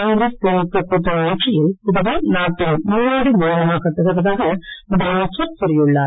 காங்கிரஸ் திமுக கூட்டணி ஆட்சியில் புதுவை நாட்டின் முன்னோடி மாநிலமாகத் திகழ்வதாக முதலமைச்சர் கூறியுள்ளார்